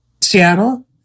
Seattle